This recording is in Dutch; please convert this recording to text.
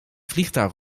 vliegtuig